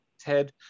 ted